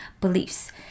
beliefs